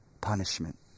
punishment